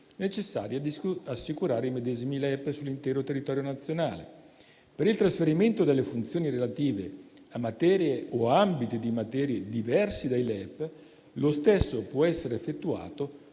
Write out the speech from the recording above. necessarie ad assicurare i medesimi LEP sull'intero territorio nazionale. Per il trasferimento delle funzioni relative a materie o ambiti di materie diversi dai LEP, lo stesso può essere effettuato